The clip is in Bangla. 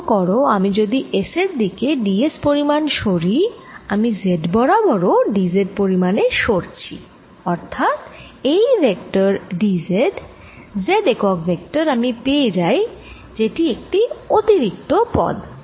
লক্ষ্য কর আমি যদি S এর দিকে d s পরিমাণ সরি আমি Z বরাবর ও d z পরিমাণে সরছি অর্থাৎ এই ভেক্টর d z Z একক ভেক্টর আমি পেয়ে যাই যেটি একটি অতিরিক্ত পদ